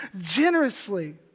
generously